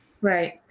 Right